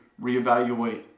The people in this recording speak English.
reevaluate